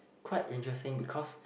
quite interesting because